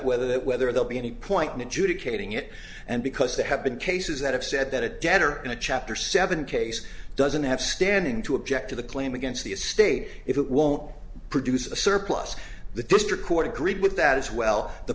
whether that whether they'll be any point in judah kading it and because they have been cases that have said that a debtor in a chapter seven case doesn't have standing to object to the claim against the estate if it won't produce a surplus the district court agreed with that as well the